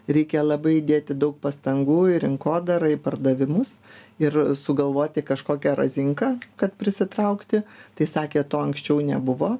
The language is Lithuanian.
reikia labai įdėti daug pastangų į rinkodarą į pardavimus ir sugalvoti kažkokią razinka kad prisitraukti tai sakė to anksčiau nebuvo